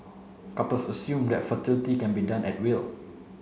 couples assume that fertility can be done at will